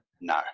No